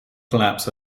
collapsed